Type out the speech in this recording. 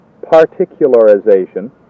Particularization